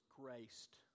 graced